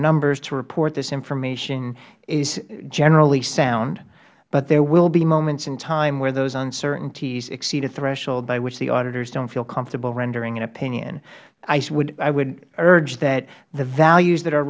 numbers to report this information is generally sound but there will be moments in time where those uncertainties exceed a threshold by which the auditors don't feel comfortable rendering an opinion i would urge that the values that are